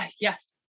Yes